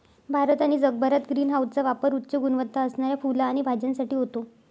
भारत आणि जगभरात ग्रीन हाऊसचा पापर उच्च गुणवत्ता असणाऱ्या फुलं आणि भाज्यांसाठी होतो